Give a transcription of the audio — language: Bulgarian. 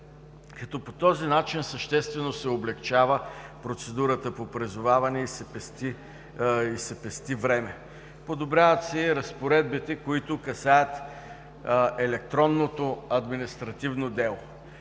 като по този начин съществено се облекчава процедурата по призоваване и се пести време. Подобряват се разпоредбите, които касаят електронното административно дело.